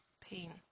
pain